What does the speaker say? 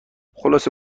خلاصه